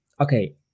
okay